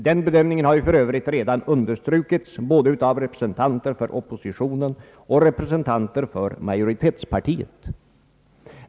Den bedömningen har för Övrigt redan understrukits både av representanter för oppositionen och representanter för majoritetspartiet.